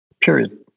period